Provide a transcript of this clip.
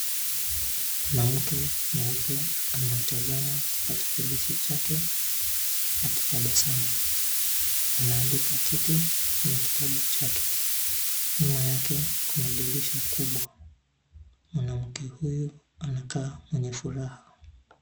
Mwanamke mweupe anaitazama kipatakilishi chake akitabasamu. Anaandika kitu kwenye kitabu chake. Nyuma yake kuna dirisha kubwa. Mwanamke huyu anakaa mwenye furaha.